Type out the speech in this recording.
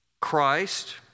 Christ